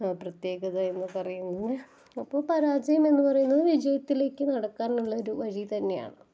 പ്രത്യേകത എന്ന് പറയുന്നത് അപ്പോൾ പരാജയം എന്ന് പറയുന്നത് വിജയത്തിലേക്ക് നടക്കാനുള്ള ഒരു വഴി തന്നെയാണ്